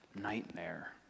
nightmare